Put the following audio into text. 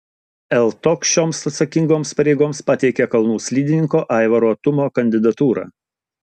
ltok šioms atsakingoms pareigoms pateikė kalnų slidininko aivaro tumo kandidatūrą